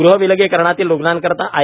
गृह विलगीकरणातील रुग्णांकरीता आय